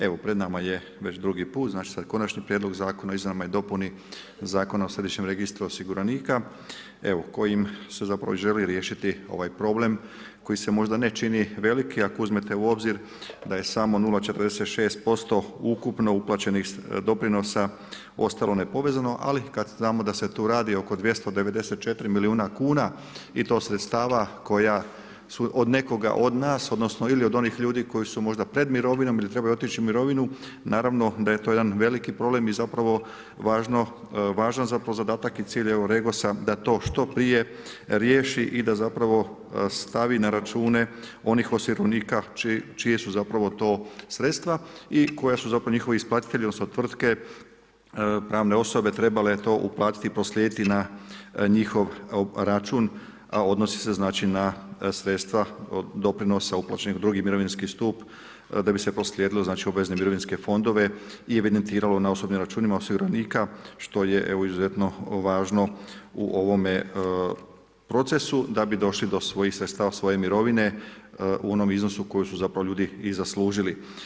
Evo pred nama je već drugi put znači sad Konačni prijedlog zakona o izmjenama i dopuni Zakona o središnjem registru osiguranika kojim se želi riješiti ovaj problem koji se možda ne čini veliki ako uzmete u obzir da je samo 0,46% ukupno uplaćenih doprinosa ostalo nepovezano ali kad znamo da se tu radi oko 294 milijuna kuna i to sredstava koja su od nekoga od nas odnosno ili od onih ljudi koji su možda pred mirovinom ili trebaju otići u mirovinu, naravno da je to jedan veliki problem i zapravo važno za po zadatak i cilj REGOS-a da to što prije riješi i da zapravo stavi na račune onih osiguranika čiji su zapravo to sredstva i koja su zapravo njihovi isplatitelji odnosno tvrtke, pravne osobe trebale uplatiti i proslijediti na njihov račun a odnosi se na sredstva doprinosa uplaćenih u 2. mirovinski stup da bi se proslijedilo u obavezne mirovinske fondove i evidentiralo na osobnim računima osiguranika što je izuzetno važno u ovome procesu da bi došli do svojih sredstava, svoje mirovine u onom iznosu koji su zapravo ljudi i zaslužili.